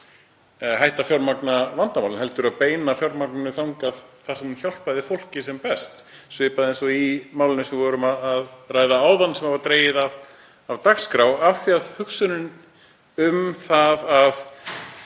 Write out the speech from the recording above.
hætta að fjármagna lausn vandans heldur að beina fjármagninu þangað þar sem það hjálpar fólki sem best, svipað eins og í málinu sem við vorum að ræða áðan sem var dregið af dagskrá af því að hugsunin um það að